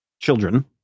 children